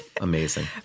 Amazing